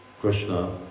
Krishna